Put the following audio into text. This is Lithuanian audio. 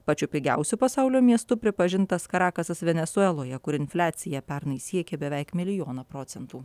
pačiu pigiausiu pasaulio miestu pripažintas karakasas venesueloje kur infliacija pernai siekė beveik milijoną procentų